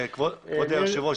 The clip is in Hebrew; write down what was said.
כבוד היושב ראש,